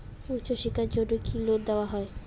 উচ্চশিক্ষার জন্য কি লোন দেওয়া হয়?